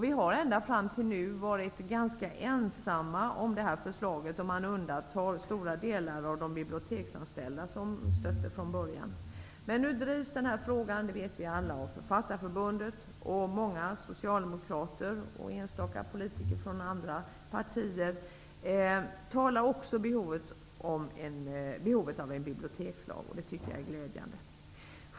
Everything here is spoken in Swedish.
Vi har ända fram till nu varit ganska ensamma om detta förslag, om man undantar stora delar av de biblioteksanställda som har stött det från början. Men nu drivs denna fråga, vilket vi alla vet, av Författarförbundet. Många socialdemokrater och enstaka politiker från andra partier talar också om behovet av en bibliotekslag, vilket jag tycker är glädjande.